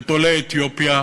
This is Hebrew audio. את עולי אתיופיה,